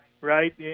right